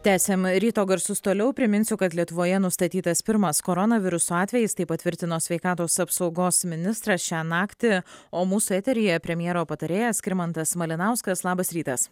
tęsiam ryto garsus toliau priminsiu kad lietuvoje nustatytas pirmas koronaviruso atvejis tai patvirtino sveikatos apsaugos ministras šią naktį o mūsų eteryje premjero patarėjas skirmantas malinauskas labas rytas